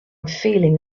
feeling